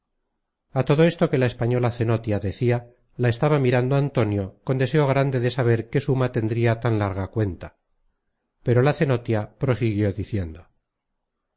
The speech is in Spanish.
a todo esto que la española cenotia decia la estaba mirando antonio con deseo grande de saber qué suma tendria tan larga cuenta pero la cenotia prosiguió diciendo